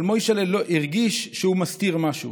אבל מוישל'ה הרגיש שהוא מסתיר משהו.